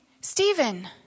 Stephen